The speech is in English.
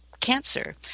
cancer